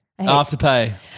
Afterpay